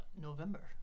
November